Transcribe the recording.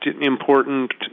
important